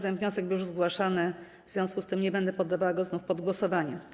Ten wniosek był już zgłaszany, w związku z tym nie będę poddawała go znów pod głosowanie.